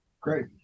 Great